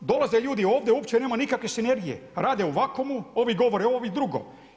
Pa dolaze ljudi ovdje, uopće nema nikakve sinergije, rade u vukummu, ovi govore ovo, ovi drugo.